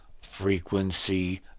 frequency